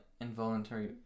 involuntary